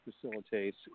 facilitates